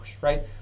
right